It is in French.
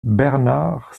bernard